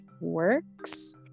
works